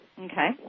Okay